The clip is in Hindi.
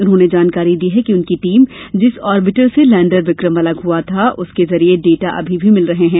उन्होंने जानकारी दी कि जिस ऑर्बिटर से लैंडर विक्रम अलग हुआ था उसके जरिए डाटा अभी भी मिल रहे हैं